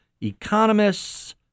economists